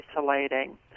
isolating